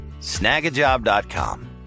Snagajob.com